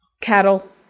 cattle